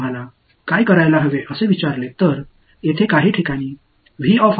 இப்போது நாம் என்ன சொல்கிறோம் என்றால் இங்கே ஒரு கட்டத்தில் மின்னழுத்தம்